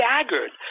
staggered